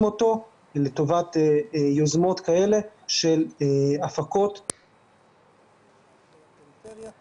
אותו לטובות יוזמות כאלה של הפקות --- בפריפריה.